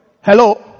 Hello